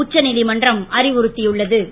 உச்சநீதிமன்றம் அறிவுறுத்தியுள்ள து